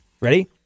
Ready